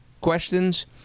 questions